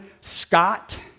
Scott